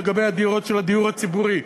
לגבי הדירות של הדיור הציבורי,